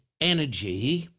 energy